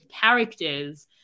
characters